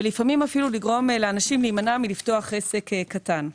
ולפעמים אפילו לגרום לאנשים להימנע מלפתוח עסק קטן.